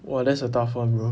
!wah! that's a tough [one] bro